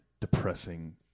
depressing